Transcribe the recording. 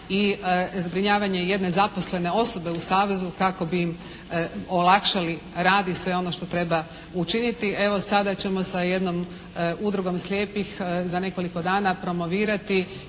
i zbrinjavanje jedne zaposlene osobe u Savezu kako bi im olakšali rad i sve ono što treba učiniti. Evo sada ćemo sa jednom Udrugom slijepih za nekoliko dana promovirati